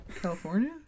California